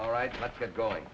all right let's get going